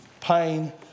pain